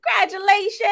congratulations